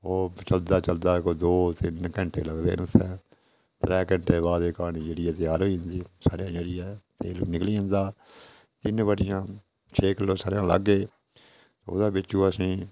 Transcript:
ओह् चलदा चलदा दो तिन्न घैंटे लगदे न उत्थै त्रै घैंटे दे बाद एह् घानी जेह्ड़ी ऐ त्यार होई जंदी सरयां जेह्ड़ी ऐ तेल निकली जंदा तिन्न बट्टियां छे किल्लो सरयां लाग्गे ओह्दे बिच्च असें गी